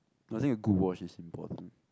I think a good watch is important